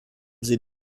sie